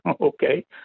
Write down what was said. Okay